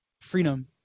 Freedom